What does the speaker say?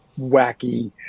wacky